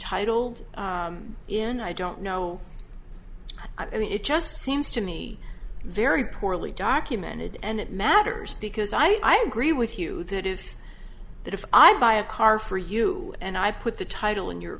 titled in i don't know i mean it just seems to me very poorly documented and it matters because i'd agree with you that if that if i buy a car for you and i put the title in your